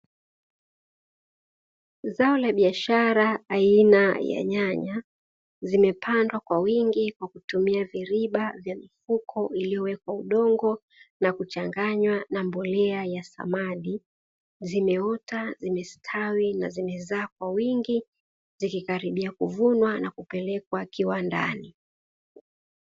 Zao la biashara aina ya nyanya zimepandwa kwa wingi kwa kutumia viriba vya mifuko iliyowekwa udongo, na kuchanganywa na mbolea ya samadi zimeota, zimestawi na zimezaa kwa wingi zikikaribia kuvunwa na kupelekwa kiwandani.